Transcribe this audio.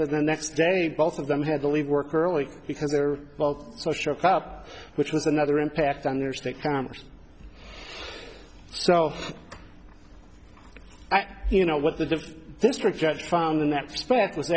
that the next day both of them had to leave work early because they're both so shook up which was another impact on their state cameras so you know what the district judge found in that respect w